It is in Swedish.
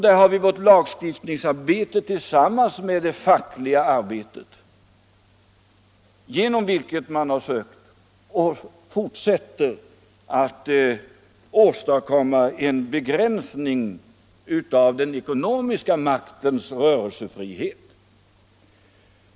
Där har vi vårt lagstiftningsarbete tillsammans med det fackliga arbetet, genom vilket man har sökt åstadkomma och fortsätter att åstadkomma en begränsning av den ekonomiska maktens rörelsefrihet.